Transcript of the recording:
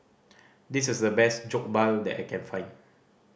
this is the best Jokbal that I can find